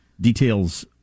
details